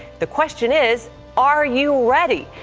the question is are you ready?